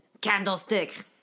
candlestick